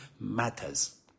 matters